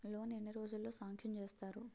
Loan ఎన్ని రోజుల్లో sanction చేస్తారు?